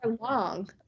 long